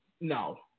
No